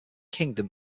kingdom